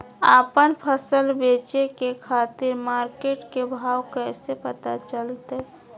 आपन फसल बेचे के खातिर मार्केट के भाव कैसे पता चलतय?